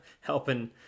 helping